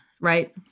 Right